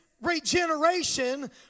regeneration